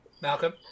Malcolm